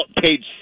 Page